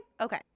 Okay